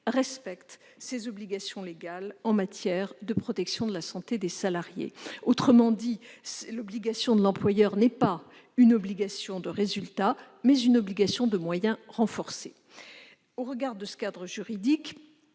respecte ses obligations légales en matière de protection de la santé de ses salariés. Autrement dit, l'obligation de l'employeur est une obligation non pas de résultat, mais de moyens renforcés. Au regard de ce cadre juridique,